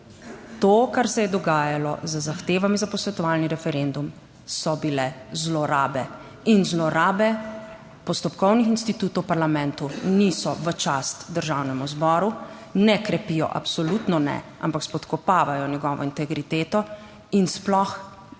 to, kar se je dogajalo z zahtevami za posvetovalni referendum so bile zlorabe in zlorabe postopkovnih institutov v parlamentu niso v čast Državnemu zboru, ne krepijo, absolutno ne, ampak spodkopavajo njegovo integriteto in sploh